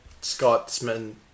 Scotsman